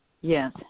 yes